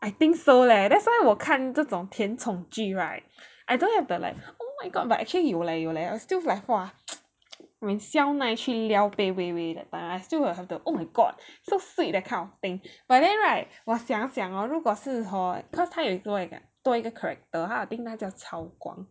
I think so leh that's why 我看这种偏宠剧 right I don't have the like oh my god but actually 有 leh 有 leh still !wah! when 肖奈去撩贝微微:xiao nai qu bei liao wei wei that time I still have the oh my god so sweet that kind of thing but then right 我想想啊如果是 hor cause 他有多一个多一个 character I think 他叫曹光